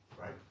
right